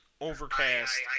Overcast